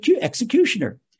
executioner